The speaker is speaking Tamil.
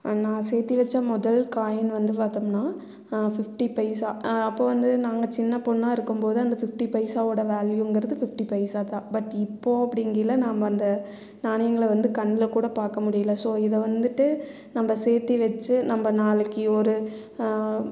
நான் சேர்த்தி வச்ச முதல் காய்ன் வந்து பார்த்தம்னா ஃபிஃப்ட்டி பைசா அப்போது வந்து நாங்கள் சின்ன பொண்ணாக இருக்கும் போது அந்த ஃபிஃப்ட்டி பைசாவோடய வால்யூங்கிறது ஃபிஃப்ட்டி பைசா தான் பட் இப்போது அப்படிங்கில நாம் அந்த நாணயங்களை வந்து கண்ணில் கூட பார்க்க முடியல ஸோ இதை வந்துட்டு நம்ம சேர்த்தி வச்சி நம்ம நாளைக்கு ஒரு